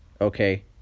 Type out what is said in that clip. okay